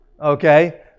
Okay